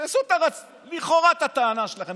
תנסו לכאורה את הטענה שלכם,